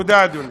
תודה, אדוני.